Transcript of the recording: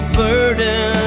burden